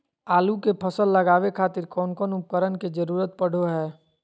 आलू के फसल लगावे खातिर कौन कौन उपकरण के जरूरत पढ़ो हाय?